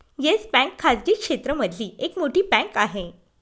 yes bank खाजगी क्षेत्र मधली एक मोठी बँक आहे